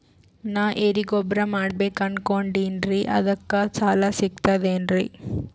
ನಾ ಎರಿಗೊಬ್ಬರ ಮಾಡಬೇಕು ಅನಕೊಂಡಿನ್ರಿ ಅದಕ ಸಾಲಾ ಸಿಗ್ತದೇನ್ರಿ?